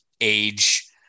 age